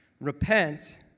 Repent